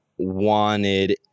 wanted